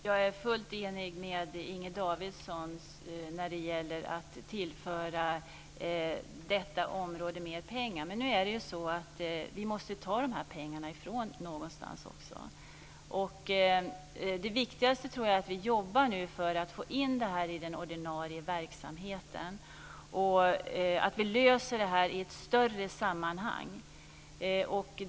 Fru talman! Jag är helt enig med Inger Davidson när det gäller att tillföra detta område mer pengar. Men nu är det ju så att vi måste ta dessa pengar någonstans också. Det viktigaste är, tror jag, att vi nu jobbar för att få in det här i den ordinarie verksamheten och att vi löser det här i ett större sammanhang.